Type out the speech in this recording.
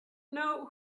know